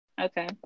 Okay